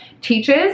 teaches